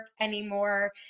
anymore